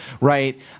right